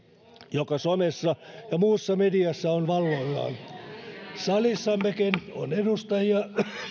joka somessa ja muussa mediassa on valloillaan salissammekin on edustajia